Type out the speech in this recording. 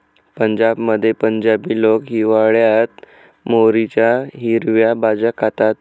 पंजाबमध्ये पंजाबी लोक हिवाळयात मोहरीच्या हिरव्या भाज्या खातात